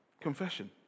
Confession